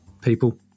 people